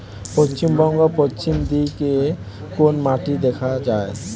পশ্চিমবঙ্গ পশ্চিম দিকে কোন মাটি দেখা যায়?